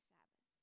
Sabbath